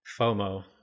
FOMO